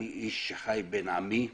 אני איש שחי בין עמי,